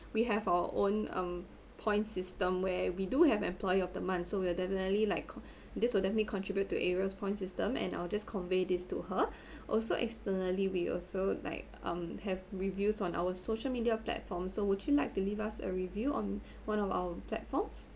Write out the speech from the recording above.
we have our own um points system where we do have employee of the month so we're definitely like co~ this will definitely contribute to ariel's point system and I will just convey this to her also externally we also like um have reviews on our social media platforms so would you like to leave us a review on one of our platforms